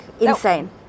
insane